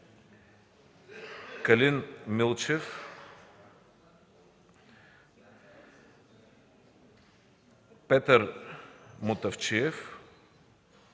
Калин Милчев, Петър Мутафчиев,